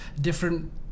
different